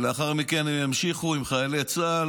לאחר מכן הם ימשיכו עם חיילי צה"ל,